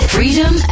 Freedom